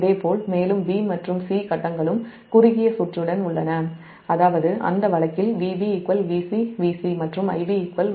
இதேபோல் மேலும் 'b' மற்றும் 'c' ஃபேஸ்களும் குறுகிய சுற்றுடன் உள்ளன அதாவது அந்த வழக்கில் Vb VcVc மற்றும் Ib Ic